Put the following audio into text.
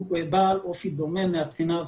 הוא בעל אופי דומה מהבחינה הזאת,